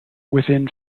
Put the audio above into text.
within